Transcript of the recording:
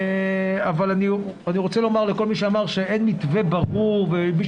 אני רוצה לומר לכל מי שאמר שאין מתווה ברור ומי